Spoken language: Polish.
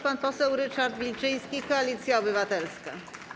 Pan poseł Ryszard Wilczyński, Koalicja Obywatelska.